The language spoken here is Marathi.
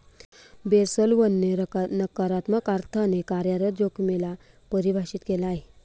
बेसल वन ने नकारात्मक अर्थाने कार्यरत जोखिमे ला परिभाषित केलं आहे